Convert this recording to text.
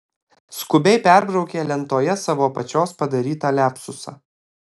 skubiai perbraukė lentoje savo pačios padarytą liapsusą